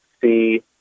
see